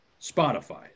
Spotify